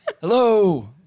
Hello